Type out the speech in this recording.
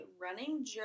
running